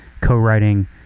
co-writing